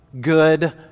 good